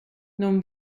non